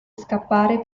scappare